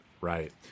right